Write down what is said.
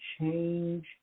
change